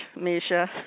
Misha